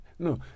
No